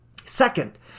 Second